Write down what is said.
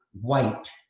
white